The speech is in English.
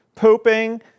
Pooping